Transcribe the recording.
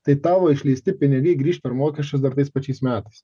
tai tavo išleisti pinigai grįš per mokesčius dar tais pačiais metais